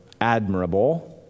admirable